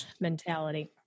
mentality